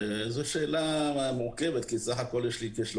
זו שאלה מורכבת כי בסך הכול יש לי כ-350